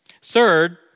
Third